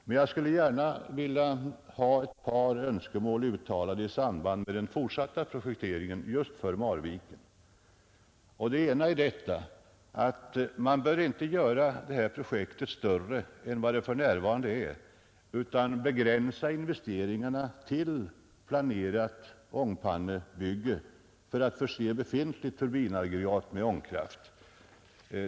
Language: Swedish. Men jag skulle gärna vilja ha ett par önskemål uttalade i samband med den fortsatta projekteringen just för Marviken. Det ena önskemålet är att man icke gör detta projekt större än det för närvarande är utan begränsar investeringarna till planerat ångpannebygge för att förse befintligt turbinaggregat med ångkraft.